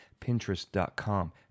pinterest.com